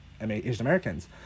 Asian-Americans